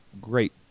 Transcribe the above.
great